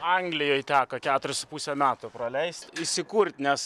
anglijoj teko keturis su puse metų praleist įsikurt nes